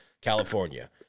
California